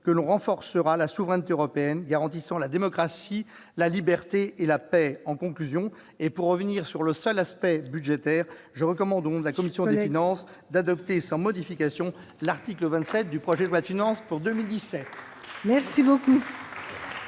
que l'on renforcera la souveraineté européenne garantissant la démocratie, la liberté et la paix. En conclusion, pour revenir sur le seul aspect budgétaire, je recommande, au nom de la commission des finances, l'adoption sans modification de l'article 27 du projet de loi de finances pour 2018. La parole